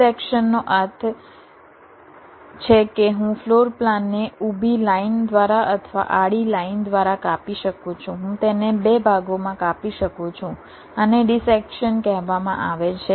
ડિસેક્શનનો અર્થ છે કે હું ફ્લોર પ્લાનને ઊભી લાઇન દ્વારા અથવા આડી લાઇન દ્વારા કાપી શકું છું હું તેને 2 ભાગોમાં કાપી શકું છું આને ડિસેક્શન કહેવામાં આવે છે